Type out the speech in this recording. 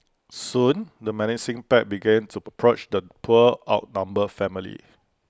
soon the menacing pack began to the poor outnumbered family